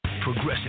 Progressive